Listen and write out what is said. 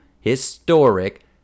historic